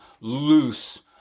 loose